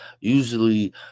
usually